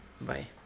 bye